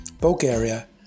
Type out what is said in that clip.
Bulgaria